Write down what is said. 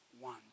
one